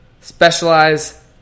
specialize